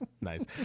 nice